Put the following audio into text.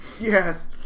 Yes